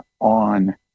on